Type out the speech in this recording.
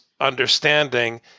understanding